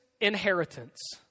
inheritance